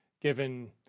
given